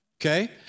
okay